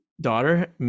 daughter